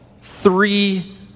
three